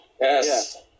Yes